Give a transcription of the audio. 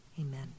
amen